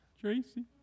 Tracy